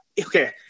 okay